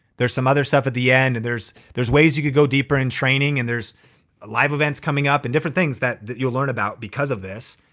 there's some other stuff at the end and there's ways you could go deeper in training and there's live events coming up and different things that that you'll learn about because of this.